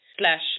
slash